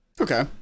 okay